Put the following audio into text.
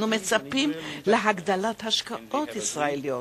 אנו מצפים להגדלת ההשקעות הישראליות,